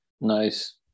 Nice